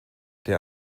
der